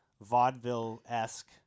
vaudeville-esque